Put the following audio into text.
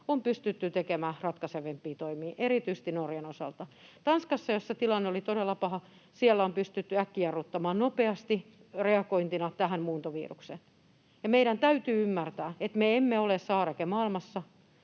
on pystytty tekemään ratkaisevampia toimia, erityisesti Norjan osalta. Tanskassa, jossa tilanne oli todella paha, on pystytty äkkijarruttamaan nopeasti reagointina tähän muuntovirukseen. Meidän täytyy ymmärtää, että me emme ole saareke maailmassa,